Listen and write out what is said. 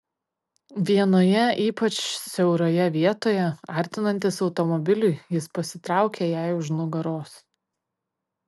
vienoje ypač siauroje vietoje artinantis automobiliui jis pasitraukė jai už nugaros